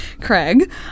Craig